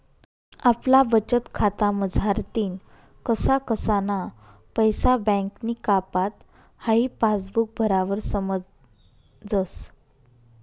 आपला बचतखाता मझारतीन कसा कसाना पैसा बँकनी कापात हाई पासबुक भरावर समजस